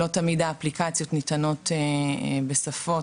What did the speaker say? לא תמיד האפליקציות ניתנות בשפות